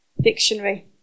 Dictionary